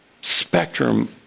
Spectrum